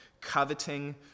Coveting